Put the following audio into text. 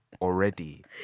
already